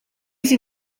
sie